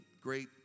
great